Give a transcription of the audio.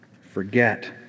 forget